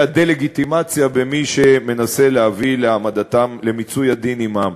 דה-לגיטימציה למי שמנסה להביא למיצוי הדין עמם.